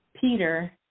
Peter